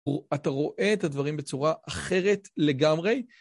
אתה רואה את הדברים בצורה אחרת לגמרי?